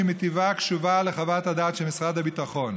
שמטיבה קשובה לחוות הדעת של משרד הביטחון.